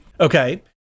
Okay